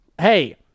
hey